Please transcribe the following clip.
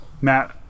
Matt